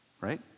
right